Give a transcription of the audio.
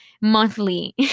monthly